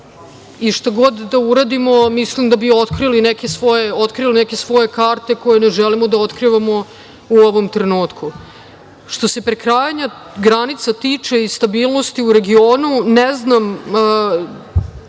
i šta god da uradimo, mislim da bi otkrili neke svoje karte koje ne želimo da otkrivamo u ovom trenutku. Što se prekrajanja granica tiče i stabilnosti u regionu, ne znam